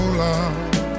love